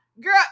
Girl